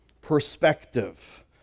Perspective